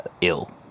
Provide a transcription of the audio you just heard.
ill